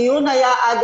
הדיון היה עד